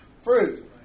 fruit